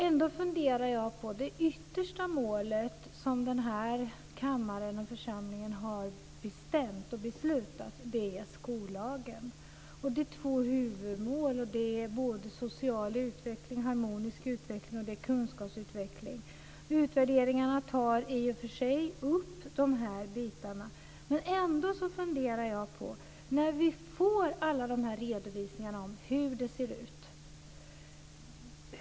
Ändå funderar jag över det yttersta målet som den här församlingen har bestämt och beslutat i skollagen. Det är två huvudmål. Det är både social och harmonisk utveckling och kunskapsutveckling. Utvärderingarna tar i och för sig upp de här delarna. Ändå funderar jag, när vi får alla de här redovisningarna, på hur det ser ut.